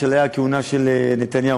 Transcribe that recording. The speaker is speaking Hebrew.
בשלהי הכהונה של נתניהו,